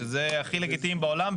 שזה הכי לגיטימי בעולם,